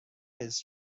کِز